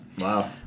Wow